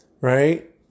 Right